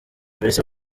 police